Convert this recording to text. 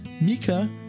Mika